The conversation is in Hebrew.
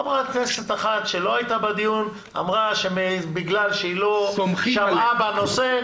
חברת כנסת אחת שלא הייתה בדיון אמרה שבגלל שהיא לא שמעה את הנושא,